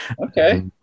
Okay